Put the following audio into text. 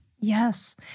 Yes